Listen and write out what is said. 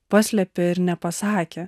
paslėpė ir nepasakė